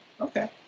Okay